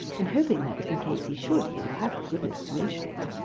and hoping that, in case he should, he will have the goodness to mention it.